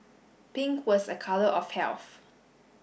pink was a colour of health